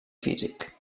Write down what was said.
físic